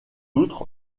outre